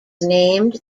named